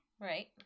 Right